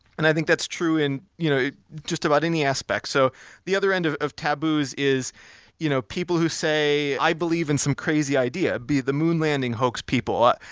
and i think that's true in you know just about any aspect. so the other end of of taboos is you know people who say, i believe in some crazy idea, the moon landing hoax people. ah